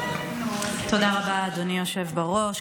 תודה רבה, אדוני היושב בראש.